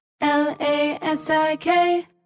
L-A-S-I-K